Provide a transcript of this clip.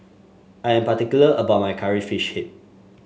I am particular about my Curry Fish Head